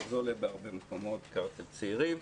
ובדרך כלל בעיקר את הצעירים: